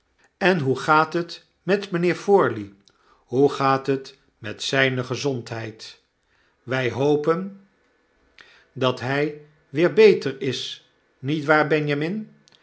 en hoe gaat het met mijnheer forley hoe gaat het met zijne gezondheid wij hopen dat hij weer beter is niet waar benjamin